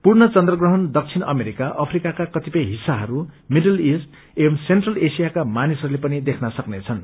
पूर्ण चन्द्रग्रहण दब्बिण अमेरिका अफ्रिकाका कतिपय हिस्साय मिडिल इष्ट एव सेन्ट्रल एशियाका मानिसहरूले पनि देख्न सक्नेछन्